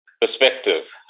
perspective